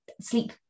sleep